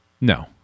No